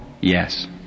Yes